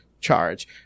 charge